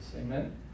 Amen